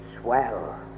swell